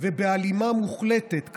ובהלימה מוחלטת,